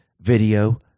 video